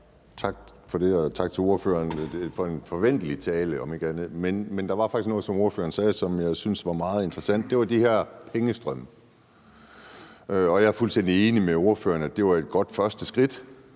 Tak for det, og tak til ordføreren for en om ikke andet forventelig tale. Men der var faktisk noget, som ordføreren sagde, som jeg syntes var meget interessant, og det var om de her pengestrømme. Jeg er fuldstændig enig med ordføreren i, at det var et godt første skridt